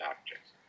objects